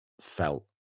felt